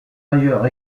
ailleurs